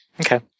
Okay